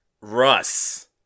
Russ